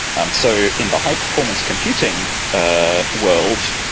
um so in the high performance computing ah world,